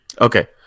Okay